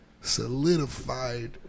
solidified